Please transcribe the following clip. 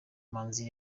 manzi